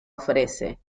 ofrece